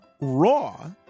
raw